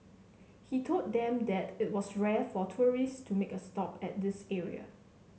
he told them that it was rare for tourists to make a stop at this area